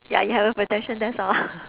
ya you have a protection that's all